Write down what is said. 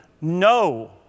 no